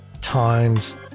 times